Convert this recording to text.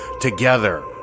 Together